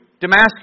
Damascus